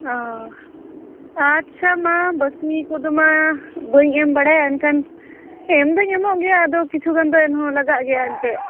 ᱚ ᱟᱪᱪᱷᱟ ᱢᱟ ᱵᱟᱹᱠᱤ ᱠᱚᱫᱚ ᱢᱟ ᱵᱟᱹᱧ ᱮᱢ ᱵᱟᱲᱟᱭᱟ ᱮᱱᱠᱷᱟᱱ ᱮᱢᱫᱩᱧ ᱮᱢᱚᱜ ᱜᱮᱭᱟ ᱟᱫᱚ ᱠᱤᱪᱷᱩ ᱜᱟᱱᱫ ᱮᱱᱦᱚᱸ ᱞᱟᱜᱟᱜ ᱜᱮᱭᱟ ᱮᱱᱛᱮᱫ